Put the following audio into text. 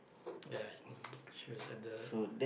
ya she was at the